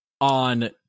on